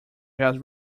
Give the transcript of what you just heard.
jazz